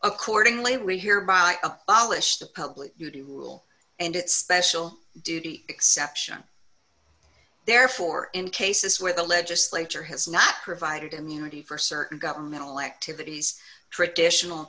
accordingly we here by of polished the public duty rule and its special duty exception therefore in cases where the legislature has not provided immunity for certain governmental activities traditional